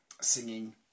singing